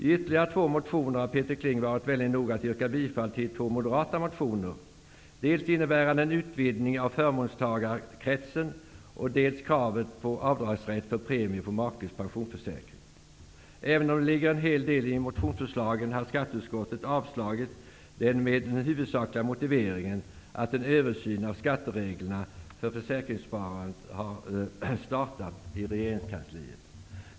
I ytterligare två reservationer har Peter Kling varit vänlig nog att stödja två moderata motioner, dels när det gäller en utvidning av förmånstagarkretsen, dels när det gäller kravet på avdragsrätt för premien på makes pensionsförsäkring. Även om det ligger en hel del i motionsförslagen, har skatteutskottet avstyrkt dem med den huvudsakliga motiveringen att en översyn av skattereglerna för försäkringssparandet har startats i regeringskansliet.